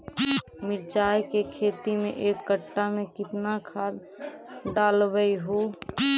मिरचा के खेती मे एक कटा मे कितना खाद ढालबय हू?